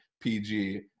PG